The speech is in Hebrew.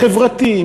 חברתי,